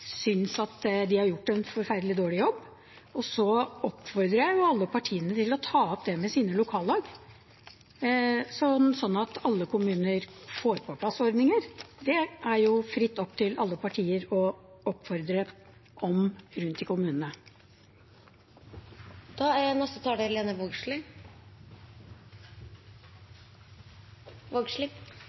de har gjort en forferdelig dårlig jobb. Så oppfordrer jeg alle partiene til å ta opp det med sine lokallag, sånn at alle kommuner får på plass ordninger. Det er det jo fritt opp til alle partier å oppfordre om rundt i kommunene.